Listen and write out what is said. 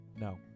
No